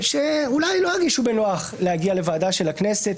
שאולי לא ירגישו בנוח להגיע לוועדה של הכנסת